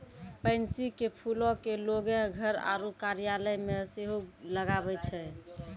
pansy के फूलो के लोगें घर आरु कार्यालय मे सेहो लगाबै छै